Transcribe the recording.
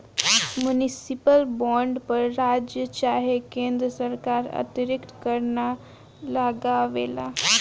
municipal bond पर राज्य चाहे केन्द्र सरकार अतिरिक्त कर ना लगावेला